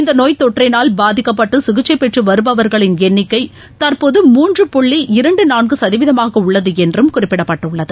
இந்தநோய் தொற்றினால் பாதிக்கப்பட்டுசிகிச்சைபெற்றுவருபவர்களின் என்னிக்கைதற்போது மூன்று புள்ளி இரண்டுநான்குசதவீதமாகஉள்ளதுஎன்றும் குறிப்பிடப்பட்டுள்ளது